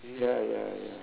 ya ya ya